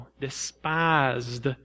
despised